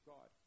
God